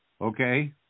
Okay